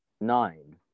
Nine